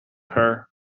her